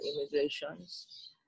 immigrations